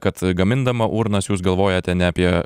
kad gamindama urnas jūs galvojate ne apie